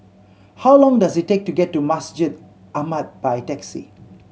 how long does it take to get to Masjid Ahmad by taxi